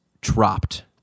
dropped